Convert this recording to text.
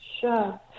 Sure